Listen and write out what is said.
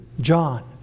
John